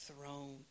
throne